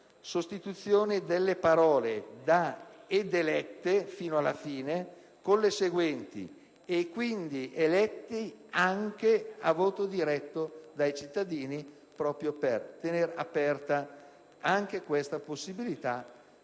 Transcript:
sostituendo le parole da «ed elette» fino alla fine con le seguenti: «e quindi elette anche a voto diretto dai cittadini», proprio per tener aperta anche questa possibilità.